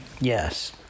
Yes